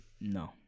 No